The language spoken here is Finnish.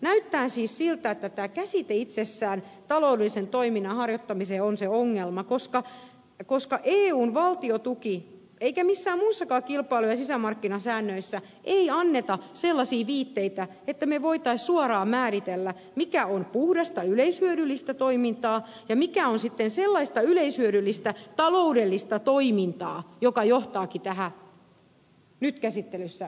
näyttää siis siltä että tämä käsite itsessään taloudellisen toiminnan harjoittaminen on se ongelma koska ei eun valtiontuki eikä missään muissakaan kilpailu ja sisämarkkinasäännöissä anneta sellaisia viitteitä että me voisimme suoraan määritellä mikä on puhdasta yleishyödyllistä toimintaa ja mikä on sitten sellaista yleishyödyllistä taloudellista toimintaa joka johtaakin tähän nyt käsittelyssä olevaan lakiin